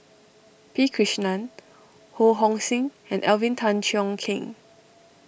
P Krishnan Ho Hong Sing and Alvin Tan Cheong Kheng